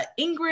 Ingrid